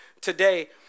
today